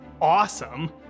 awesome